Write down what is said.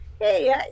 hey